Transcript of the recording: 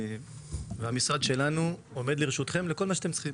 המשרד שלנו עומד לרשותכם לכל מה שאתם צריכים.